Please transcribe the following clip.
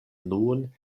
nun